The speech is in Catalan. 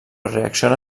reacciona